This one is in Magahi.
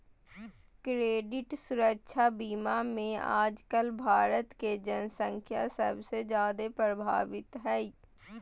क्रेडिट सुरक्षा बीमा मे आजकल भारत के जन्संख्या सबसे जादे प्रभावित हय